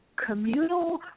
communal